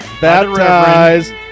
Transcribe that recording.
baptized